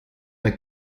der